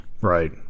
Right